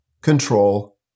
control